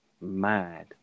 mad